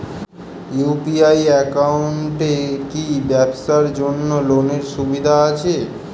UPI একাউন্টে কি ব্যবসার জন্য লোনের সুবিধা আছে?